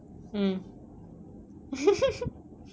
mm